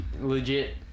legit